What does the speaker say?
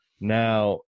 Now